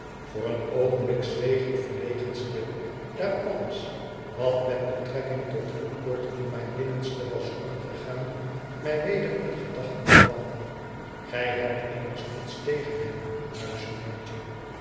voor een oogenblik zweeg ik verlegen stil daar alles wat met betrekking tot woodcourt in mijn binnenste was omgegaan mij weder in gedachten kwam gij hebt immers niets tegen hem